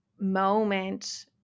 moment